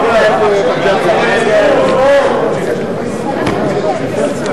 לסעיף 01, נשיא המדינה ולשכתו (טיסות לחו"ל), לשנת